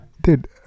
dude